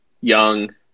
young